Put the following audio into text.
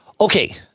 Okay